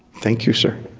thank you sir.